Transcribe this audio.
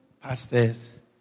pastors